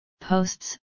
posts